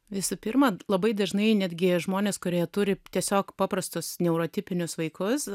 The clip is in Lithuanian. visų pirma labai dažnai netgi žmonės kurie turi tiesiog paprastus neurotipinius vaikus